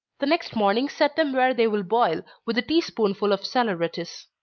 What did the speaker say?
the next morning set them where they will boil, with a tea spoonful of saleratus.